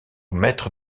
maître